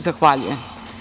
Zahvaljujem.